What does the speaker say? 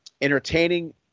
entertaining